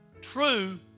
True